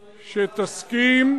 שתסכים,